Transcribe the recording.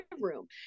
room